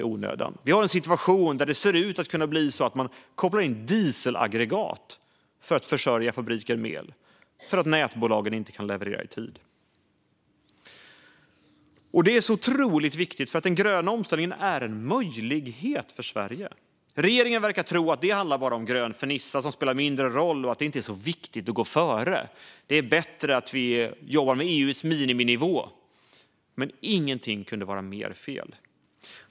Vi kan få en situation där det kopplas in dieselaggregat för att försörja fabriker med el eftersom nätbolagen i inte kan leverera i tid. Den gröna omställningen är en möjlighet för Sverige, men regeringen verkar tro att det bara handlar om lite grön fernissa. Man menar att det inte är så viktigt att gå före utan att det är bättre att jobba med EU:s miniminivå. Men inget kunde vara mer fel.